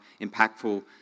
impactful